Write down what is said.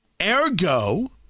Ergo